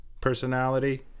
personality